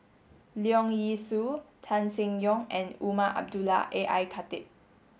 Leong Yee Soo Tan Seng Yong and Umar Abdullah A I Khatib